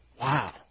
Wow